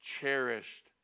cherished